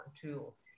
tools